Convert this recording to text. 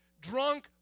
Drunk